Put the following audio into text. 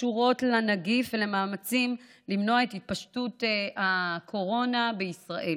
שקשורות לנגיף ולמאמצים למנוע את התפשטות הקורונה בישראל.